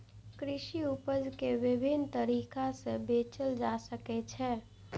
कृषि उपज कें विभिन्न तरीका सं बेचल जा सकै छै